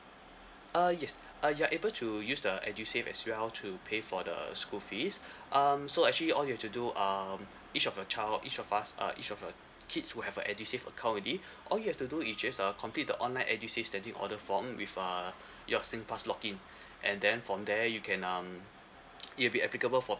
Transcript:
uh yes uh you're able to use the edusave as well to pay for the school fees um so actually all you have to do um each of your child each of us uh each of your kids who have a edusave account already all you have to do is just uh complete the online edusave standing order form with uh your singpass login and then from there you can um it'll be applicable for